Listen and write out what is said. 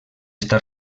està